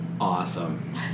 Awesome